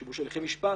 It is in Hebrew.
שיבוש הליכי משפט,